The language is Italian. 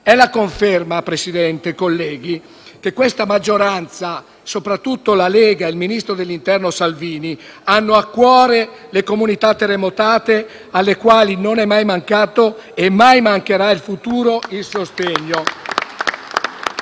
È la conferma, signor Presidente, colleghi, che questa maggioranza, soprattutto la Lega e il ministro dell'interno Salvini, hanno a cuore le comunità terremotate, alle quali non è mai mancato e mai mancherà in futuro il sostegno.